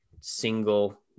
single